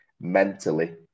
mentally